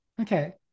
Okay